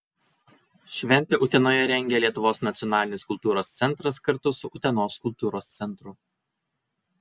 šventę utenoje rengia lietuvos nacionalinis kultūros centras kartu su utenos kultūros centru